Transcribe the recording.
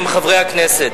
הכספים,